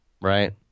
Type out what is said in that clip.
Right